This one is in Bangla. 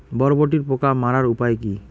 বরবটির পোকা মারার উপায় কি?